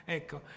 ecco